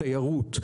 תיירות,